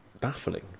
baffling